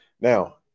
Now